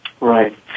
Right